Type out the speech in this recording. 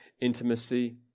intimacy